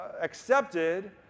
accepted